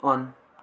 on